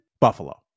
Buffalo